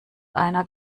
einer